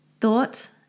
Thought